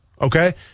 okay